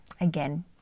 Again